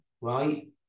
Right